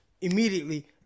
Immediately